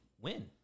win